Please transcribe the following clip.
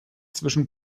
zwischen